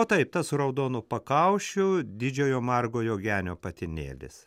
o taip tas su raudonu pakaušiu didžiojo margojo genio patinėlis